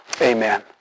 Amen